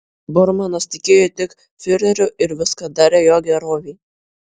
bormanas tikėjo tik fiureriu ir viską darė jo gerovei